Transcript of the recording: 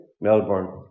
Melbourne